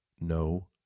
No